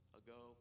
ago